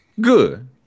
Good